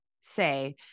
say